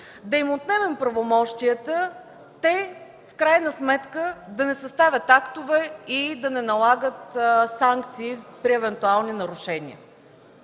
да им отнемем правомощията, а в крайна сметка да не съставят актове и да не налагат санкции при евентуални нарушения.